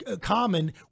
common